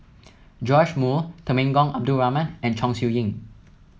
Joash Moo Temenggong Abdul Rahman and Chong Siew Ying